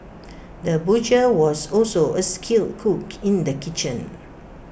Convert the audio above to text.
the butcher was also A skilled cook in the kitchen